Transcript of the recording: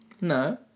No